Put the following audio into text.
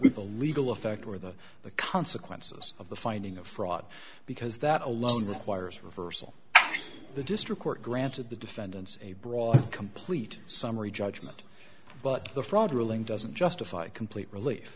with the legal effect or the the consequences of the finding of fraud because that alone the choir's reversal and the district court granted the defendants a broad complete summary judgment but the fraud ruling doesn't justify complete relief